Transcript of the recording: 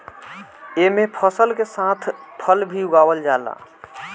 एमे फसल के साथ फल भी उगावल जाला